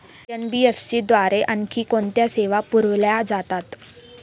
NBFC द्वारे आणखी कोणत्या सेवा पुरविल्या जातात?